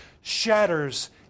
shatters